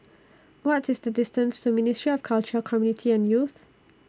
What IS The distance to Ministry of Culture Community and Youth